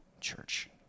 church